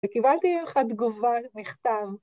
וקיבלתי אחד תגובה נכתב.